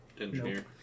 engineer